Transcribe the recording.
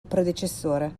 predecessore